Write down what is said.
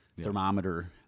thermometer